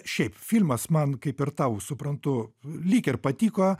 šiaip filmas man kaip ir tau suprantu lyg ir patiko